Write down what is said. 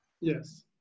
Yes